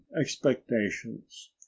expectations